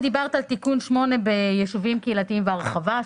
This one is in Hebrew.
דיברת על תיקון 8 ביישובים קהילתיים והרחבה,